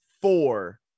four